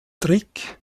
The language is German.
trick